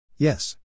Yes